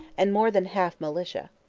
and more than half militia.